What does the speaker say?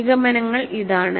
നിഗമനങ്ങൾ ഇതാണ്